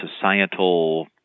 societal